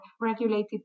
regulated